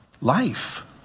life